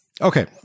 okay